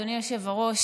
אדוני היושב-ראש,